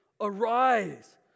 arise